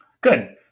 Good